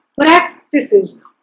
practices